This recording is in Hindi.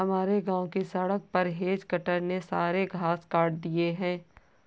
हमारे गांव की सड़क पर हेज कटर ने सारे घास काट दिए हैं